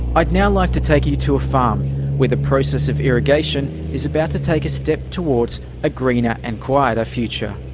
i'd now like to take you to a farm where the process of irrigation is about to take a step towards a greener and quieter future.